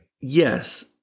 Yes